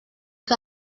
que